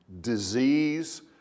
disease